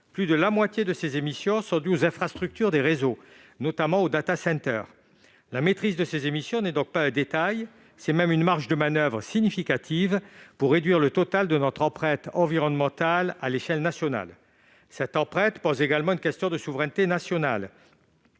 Plus de la moitié de ces émissions sont dues aux infrastructures de réseaux, notamment aux. La maîtrise de ces émissions n'est donc pas un détail ; c'est même une marge de manoeuvre significative pour réduire le total de notre empreinte environnementale à l'échelle nationale. Cette empreinte pose également une question de souveraineté nationale.